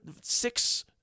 six